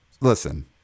listen